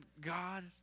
God